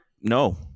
no